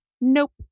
Nope